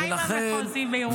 מה עם המחוזי בירושלים?